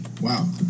Wow